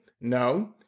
No